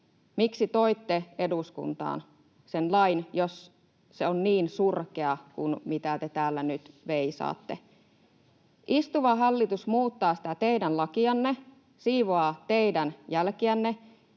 Miksi toitte eduskuntaan sen lain, jos se on niin surkea kuin mitä te täällä nyt veisaatte? Istuva hallitus muuttaa sitä teidän lakianne, siivoaa teidän jälkiänne.